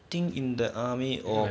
thing in the army or